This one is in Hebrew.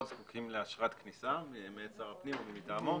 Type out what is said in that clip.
זקוקים לאשרת כניסה מאת שר הפנים או מי מטעמו.